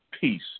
peace